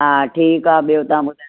हा ठीकु आहे ॿियो तव्हां ॿुधायो